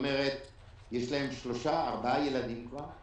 ויש להם שלושה-ארבעה ילדים כבר,